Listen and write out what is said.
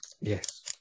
Yes